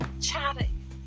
chatting